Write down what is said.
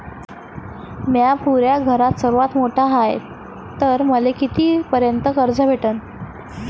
म्या पुऱ्या घरात सर्वांत मोठा हाय तर मले किती पर्यंत कर्ज भेटन?